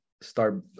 start